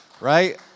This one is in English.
right